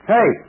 Hey